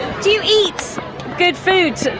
do you eat good food,